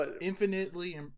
infinitely